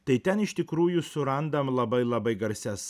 tai ten iš tikrųjų surandam labai labai garsias